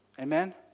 Amen